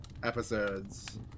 episodes